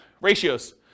ratios